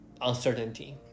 uncertainty